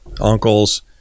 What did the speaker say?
uncles